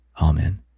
Amen